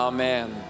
Amen